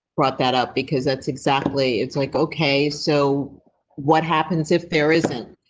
brought that up because that's exactly it's like, okay, so what happens if there isn't.